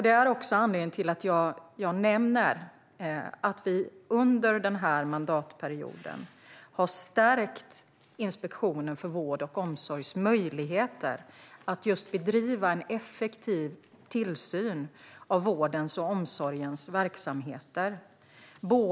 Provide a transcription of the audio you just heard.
Det är också anledningen till att jag nämner att vi under mandatperioden har stärkt Inspektionen för vård och omsorgs möjligheter att bedriva en effektiv tillsyn av vårdens och omsorgens verksamheter.